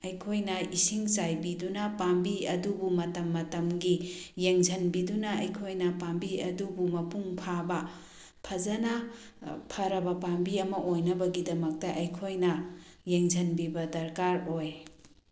ꯑꯩꯈꯣꯏꯅ ꯏꯁꯤꯡ ꯆꯥꯏꯕꯤꯗꯨꯅ ꯄꯥꯝꯕꯤ ꯑꯗꯨꯕꯨ ꯃꯇꯝ ꯃꯇꯝꯒꯤ ꯌꯦꯡꯁꯤꯟꯕꯤꯗꯨꯅ ꯑꯩꯈꯣꯏꯅ ꯄꯥꯝꯕꯤ ꯑꯗꯨꯕꯨ ꯃꯄꯨꯡ ꯐꯥꯕ ꯐꯖꯅ ꯐꯔꯕ ꯄꯥꯝꯕꯤ ꯑꯃ ꯑꯣꯏꯅꯕꯒꯤꯗꯃꯛꯇ ꯑꯩꯈꯣꯏꯅ ꯌꯦꯡꯁꯤꯟꯕꯤꯕ ꯗꯔꯀꯥꯔ ꯑꯣꯏ